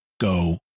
go